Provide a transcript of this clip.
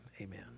Amen